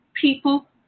People